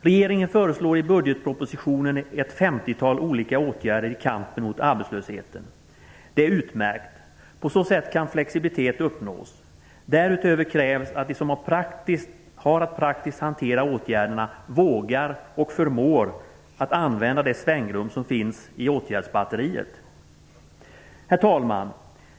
Regeringen föreslår i budgetpropositionen ett femtiotal olika åtgärder i kampen mot arbetslösheten. Det är utmärkt. På så sätt kan flexibilitet uppnås. Därutöver krävs att de som har att praktiskt hantera åtgärderna vågar och förmår använda det svängrum som finns i åtgärdsbatteriet. Herr talman!